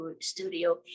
studio